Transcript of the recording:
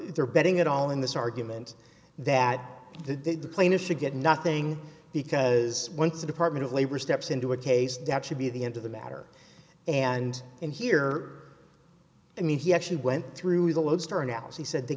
there betting at all in this argument that the did the plaintiff should get nothing because once the department of labor steps into a case that should be the end of the matter and and here i mean he actually went through the lodestar now he said they